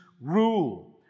rule